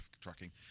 tracking